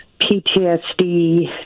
PTSD